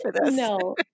No